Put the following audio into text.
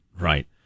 Right